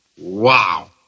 Wow